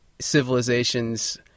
civilizations